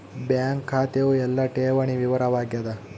bank ಖಾತೆಯು ಎಲ್ಲ ಠೇವಣಿ ವಿವರ ವಾಗ್ಯಾದ